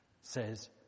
says